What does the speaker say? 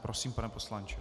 Prosím, pane poslanče.